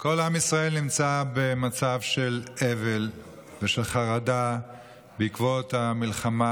כל עם ישראל נמצא במצב של אבל ושל חרדה בעקבות המלחמה